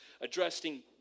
addressing